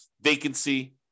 vacancy